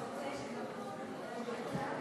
אתה רוצה, את כל זה מה שיגרום,